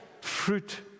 fruit